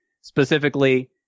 specifically